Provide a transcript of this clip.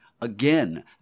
Again